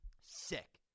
Sick